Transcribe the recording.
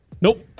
Nope